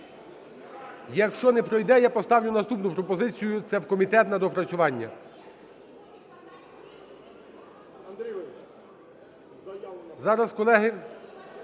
Якщо не пройде, я поставлю наступну пропозицію - це в комітет на доопрацювання. Зараз, колеги,